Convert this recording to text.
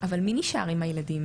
אבל מי נשאר עם הילדים.